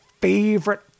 favorite